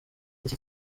iki